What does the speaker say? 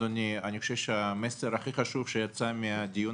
אדוני: אני חושב שהמסר הכי חשוב שיצא מהדיון